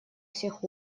всех